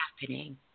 happening